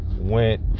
went